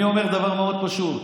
אני אומר דבר מאוד פשוט: